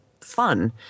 fun